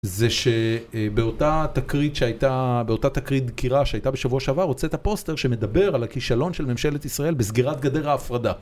זה שבאותה תקרית שהייתה, באותה תקרית דקירה שהייתה בשבוע שעבר, הוצאת הפוסטר שמדבר על הכישלון של ממשלת ישראל בסגירת גדר ההפרדה.